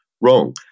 wrong